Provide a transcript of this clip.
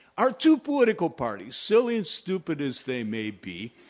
our two political parties, silly and stupid as they may be,